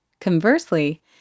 Conversely